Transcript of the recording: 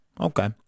Okay